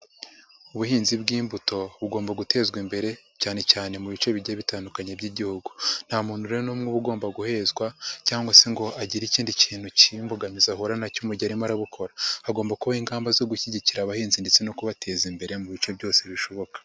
Ubuhinzi bw'imbuto bugomba gutezwa imbere, cyane cyane mu bice bigiye bitandukanye by'igihugu, nta muntu rero n'umwe uba ugomba guhezwa, cyangwa se ngo agire ikindi kintu cy'imbogamizi ahura nacyo mu gihe arimo arabukora, hagomba kubaho ingamba zo gushyigikira abahinzi, ndetse no kubateza imbere mu bice byose bishoboka.